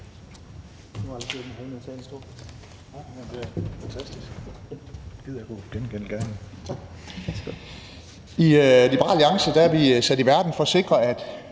I Liberal Alliance er vi sat i verden for at sikre, at